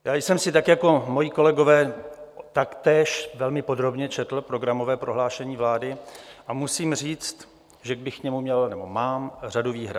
Já jsem si tak jako moji kolegové taktéž velmi podrobně četl programové prohlášení vlády a musím říct, že k němu mám řadu výhrad.